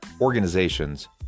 organizations